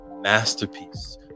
masterpiece